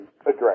address